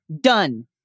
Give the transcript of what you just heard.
done